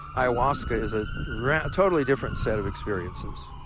ayahuasca is a totally different set of experiences.